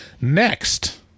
Next